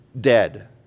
dead